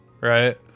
right